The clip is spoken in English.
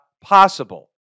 possible